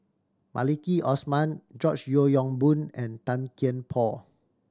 Maliki Osman George Yeo Yong Boon and Tan Kian Por